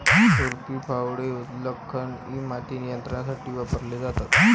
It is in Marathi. खुरपी, फावडे, उत्खनन इ माती नियंत्रणासाठी वापरले जातात